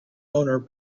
owner